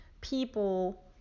people